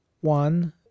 one